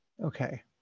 okay